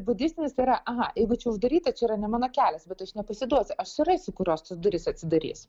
budistinis yra aha jeigu čia uždaryta čia yra ne mano kelias bet aš nepasiduosiu aš surasiu kurios durys atsidarys